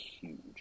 huge